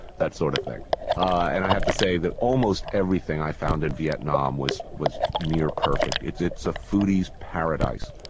that sort of thing and i have to say that almost everything i found in vietnam was was near perfect. it's it's a foodie's paradise.